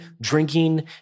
drinking